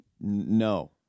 No